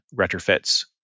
retrofits